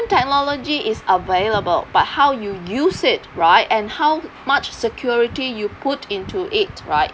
technology is available but how you use it right and how much security you put into it right